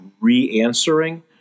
re-answering